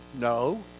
no